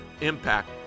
impact